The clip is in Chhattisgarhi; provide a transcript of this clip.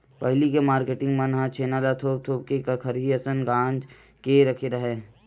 पहिली के मारकेटिंग मन ह छेना ल थोप थोप के खरही असन गांज के रखे राहय